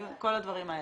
כל הדברים האלה.